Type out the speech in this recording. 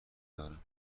دارم